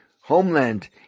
homeland